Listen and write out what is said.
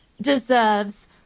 deserves